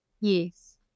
Yes